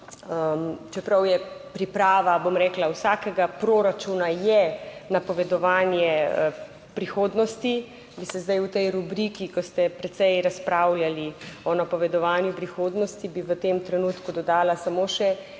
čeprav je priprava, bom rekla, vsakega proračuna, je napovedovanje prihodnosti, vi ste zdaj v tej rubriki, ko ste precej razpravljali o napovedovanju prihodnosti, bi v tem trenutku dodala samo še